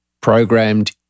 programmed